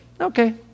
Okay